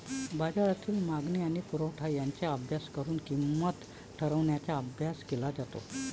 बाजारातील मागणी आणि पुरवठा यांचा अभ्यास करून किंमत ठरवण्याचा अभ्यास केला जातो